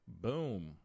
Boom